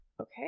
Okay